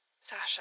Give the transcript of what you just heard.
Sasha